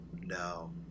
No